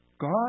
God